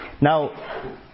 Now